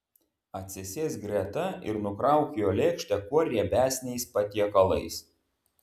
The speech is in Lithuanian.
atsisėsk greta ir nukrauk jo lėkštę kuo riebesniais patiekalais